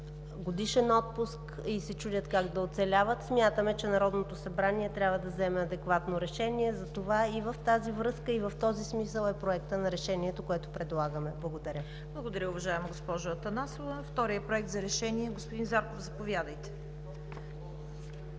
годишен отпуск и се чудят как да оцеляват. Смятаме, че Народното събрание трябва да вземе адекватно решение. Затова и в тази връзка, и в този смисъл е Проектът на решението, което предлагаме. Благодаря. ПРЕДСЕДАТЕЛ ЦВЕТА КАРАЯНЧЕВА: Благодаря, уважаема госпожо Атанасова. Вторият Проект за решение – господин Зарков, заповядайте.